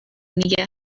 نیگه